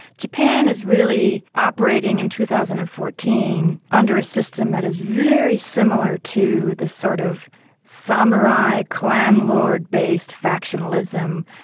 japan is really operating in two thousand and fourteen under a system that is very similar to the sort of samurai clan lord based factionalism.